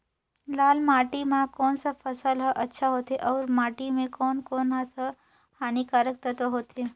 लाल माटी मां कोन सा फसल ह अच्छा होथे अउर माटी म कोन कोन स हानिकारक तत्व होथे?